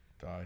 die